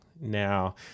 Now